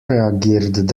reagiert